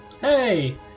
Hey